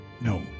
No